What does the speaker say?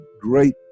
great